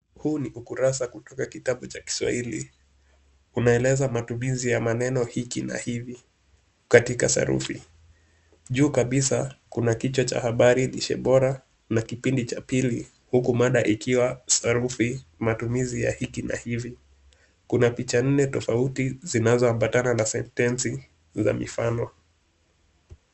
Huu ni ukurasa kutoka kitabu cha Kiswahili. Unaeleza matumizi ya maneno hiki na hivi katika sarufi. Juu kabisa kuna kichwa cha habari Lishe Bora, na kipindi cha pili, huku mada ikiwa Sarufi, matumizi ya hiki na hivi. Kuna picha nne tofauti zinazoambatana na sentensi na mifano.